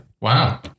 Wow